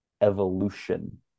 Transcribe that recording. evolution